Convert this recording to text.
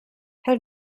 how